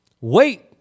Wait